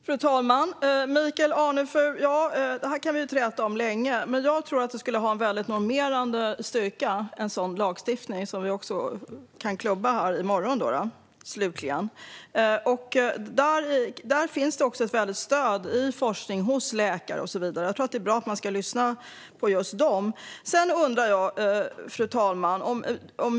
Fru talman! Michael Anefur, det här kan vi träta om länge. Men jag tror att en sådan lagstiftning, som vi kan besluta om i morgon, skulle ha en väldigt normerande styrka. Där finns det också ett stort stöd i forskning, hos läkare och så vidare. Det är nog bra att man lyssnar på dem. Sedan undrar jag, fru talman, en sak.